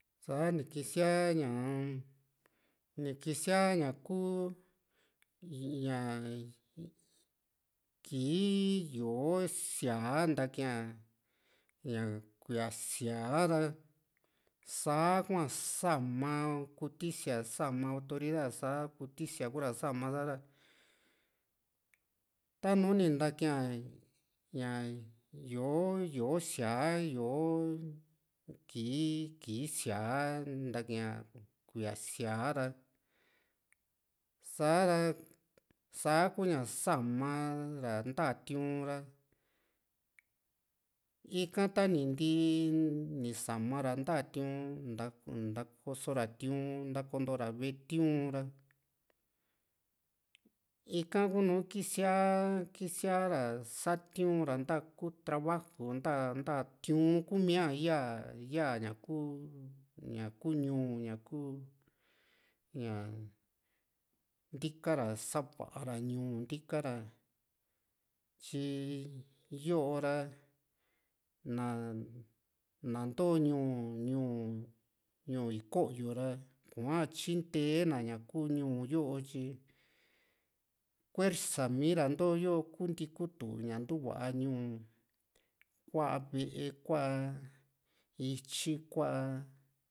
tani kisia ñaa-m ni kisia ña kuu ñaa kii yó´o siaa ntakiá ña kuía siaa ra sa´hua sama kutisia saama autoridad sa kutisia kura saa´ma sa´ra tanu nu ntakia ñaa yó´o yó´o siaa yó´o kii kii siaa ntakia kuiaa siaa ra sa´ra saa ku´ña saama ra ntaa tiu´n ra ika ta ni ntii ni saama ra ntaa tiu´n nta ntaakoso ra tiu´n ntakontora ve´e tiu´n ra ika ku´nu kisiaa kisia´ra satiu´n ra nta trabajo nta nta tiu´n kumiaa yaa ya ña ku ña kuu ñuu ña kuu ña nti´ka ra sava ra ñuu ntika ra tyi yoo ra na na ntoo ñuu ñuu iko´yo ra koa tyinte na ña ña kuu ñuu yo tyi kuersa mii ra ntooyo kunti kutu´ña ña ntuva ñuu kua ve´e kua ityi kuaa